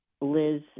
Liz